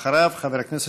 אחריו, חבר